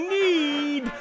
need